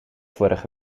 vorige